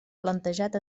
plantejat